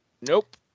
Nope